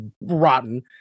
rotten